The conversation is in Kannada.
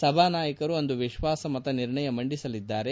ಸಭಾನಾಯಕರು ಅಂದು ವಿಶ್ವಾಸ ಮತ ನಿರ್ಣಯ ಮಂಡಿಸಲಿದ್ದಾರೆ